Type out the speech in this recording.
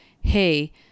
hey